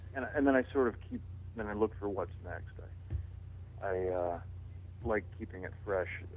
and and then i sort of keep when i look for what's next. i ah yeah like keeping it fresh.